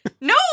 No